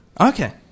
Okay